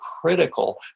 critical